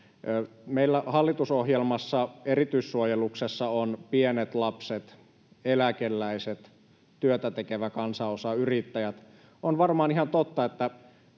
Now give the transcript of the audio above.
Meillä hallitusohjelmassa erityissuojeluksessa ovat pienet lapset, eläkeläiset, työtä tekevä kansanosa, yrittäjät. On varmaan ihan totta, että